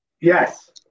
Yes